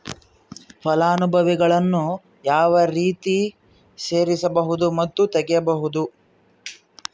ಫಲಾನುಭವಿಗಳನ್ನು ಯಾವ ರೇತಿ ಸೇರಿಸಬಹುದು ಮತ್ತು ತೆಗೆಯಬಹುದು?